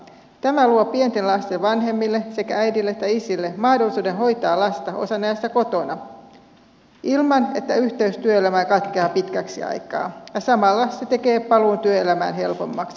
tämä luo pienten lasten vanhemmille sekä äideille että isille mahdollisuuden hoitaa lasta osan ajasta kotona ilman että yhteys työelämään katkeaa pitkäksi aikaa ja samalla se tekee paluun työelämään helpommaksi